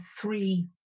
three